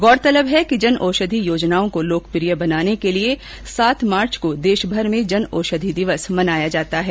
गौरतलब है कि जनऔषधि योजना को लोकप्रिय बनाने के लिए सात मार्च को देशभर में जनऔषधि दिवस मनाया जाता है